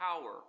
power